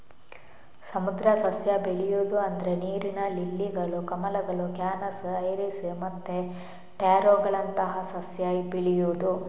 ಸಮುದ್ರ ಸಸ್ಯ ಬೆಳೆಯುದು ಅಂದ್ರೆ ನೀರಿನ ಲಿಲ್ಲಿಗಳು, ಕಮಲಗಳು, ಕ್ಯಾನಸ್, ಐರಿಸ್ ಮತ್ತೆ ಟ್ಯಾರೋಗಳಂತಹ ಸಸ್ಯ ಬೆಳೆಯುದು